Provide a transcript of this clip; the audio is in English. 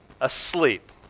Asleep